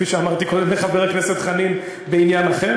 כפי שאמרתי קודם לחבר הכנסת חנין בעניין אחר,